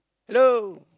hello